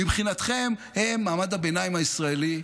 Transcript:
מבחינתכם, הם, מעמד הביניים הישראלי,